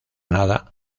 nada